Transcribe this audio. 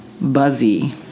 buzzy